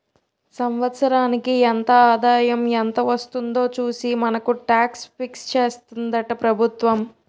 సంవత్సరానికి ఎంత ఆదాయం ఎంత వస్తుందో చూసి మనకు టాక్స్ ఫిక్స్ చేస్తుందట ప్రభుత్వం